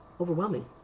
overwhelming